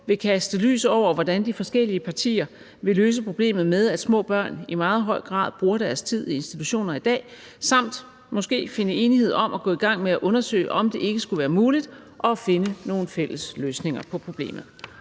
vil kaste lys over, hvordan de forskellige partier vil løse problemet med, at små børn i meget høj grad bruger deres tid i institutioner i dag, samt hvordan der måske kan findes enighed om at gå i gang med at undersøge, om det ikke skulle være muligt at finde nogle fælles løsninger på problemet.